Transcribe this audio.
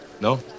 No